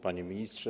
Panie Ministrze!